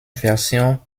version